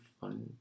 fun